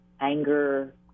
anger